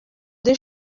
des